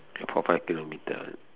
the four five kilometer